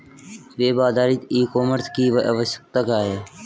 Web आधारित e commerce की आवश्यकता क्या है?